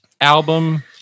album